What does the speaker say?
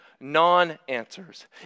non-answers